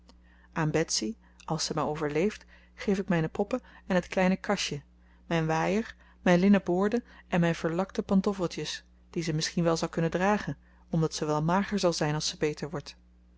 mij overleeft geef ik mijne poppen en het kleine kasje mijn waaier mijn linnen boorden en mijn verlakte pantoffeltjes die ze misschien wel zal kunnen dragen omdat ze wel mager zal zijn als ze beter word